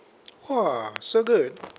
!wah! so good